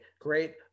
great